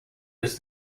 was